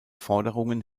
forderungen